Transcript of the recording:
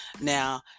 Now